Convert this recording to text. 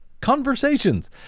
conversations